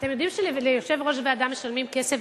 אתם יודעים שליושב-ראש ועדה משלמים כסף,